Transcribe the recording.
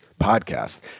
podcast